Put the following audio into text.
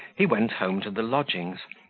he went home to the lodgings,